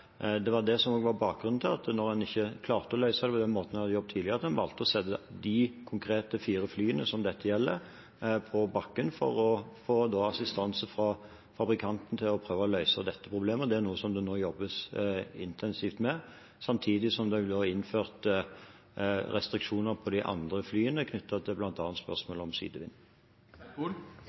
når en ikke klarte å løse det på den måten en hadde gjort tidligere, var det bakgrunnen for at en valgte å sette de fire konkrete flyene som dette gjelder, på bakken, for å få assistanse fra fabrikanten til å prøve å løse problemet. Det er noe det nå jobbes intensivt med, samtidig som det er innført restriksjoner på de andre flyene knyttet til bl.a. spørsmålet om sidevind.